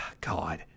God